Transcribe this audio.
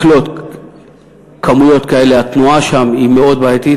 לקלוט כמויות כאלה, התנועה שם היא מאוד בעייתית.